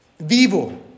vivo